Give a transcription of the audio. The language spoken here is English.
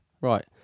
Right